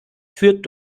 führt